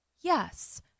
yes